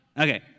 Okay